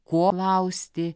ko klausti